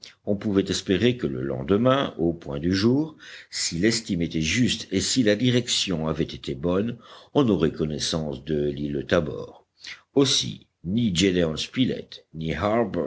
on pouvait espérer que le lendemain au point du jour si l'estime était juste et si la direction avait été bonne on aurait connaissance de l'île tabor aussi ni gédéon spilett ni